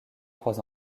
trois